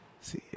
See